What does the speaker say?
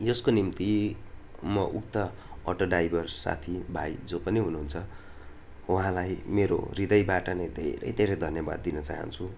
यसको निम्ति म उक्त अटो ड्राइभर साथीभाइ जो पनि हुनुहुन्छ उहाँलाई मेरो हृदयबाट नै धेरै धेरै धन्यवाद दिन चाहन्छु